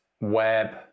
web